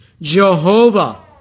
Jehovah